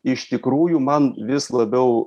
iš tikrųjų man vis labiau